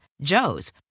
Joe's